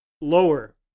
lower